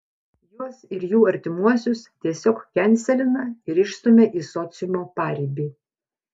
juos ir jų artimuosius tiesiog kenselina ir išstumia į sociumo paribį